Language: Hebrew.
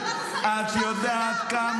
את יודעת,